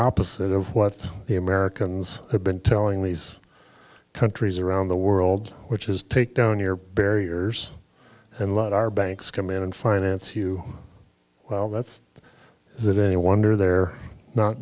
opposite of what the americans have been telling these countries around the world which is take down your barriers and let our banks come in and finance you well that's is it any wonder they're not